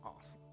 awesome